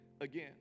again